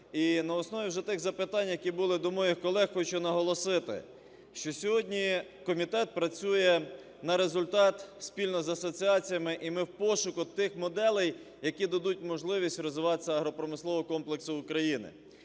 І на основі вже тих запитань, які були до моїх колег, хочу наголосити, що сьогодні комітет працює на результат спільно з асоціаціями. І ми в пошуку тих моделей, які дадуть можливість розвиватися агропромисловому комплексу України.